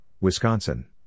Wisconsin